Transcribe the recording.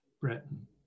Britain